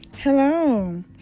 hello